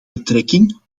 betrekking